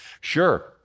sure